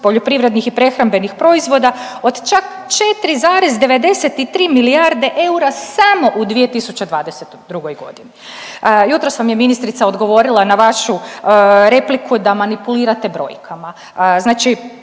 poljoprivrednih i prehrambenih proizvoda od čak 4,93 milijarde eura samo u 2022.g.. Jutros vam je ministrica odgovorila na vašu repliku da manipulirate brojkama, znači